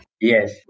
Yes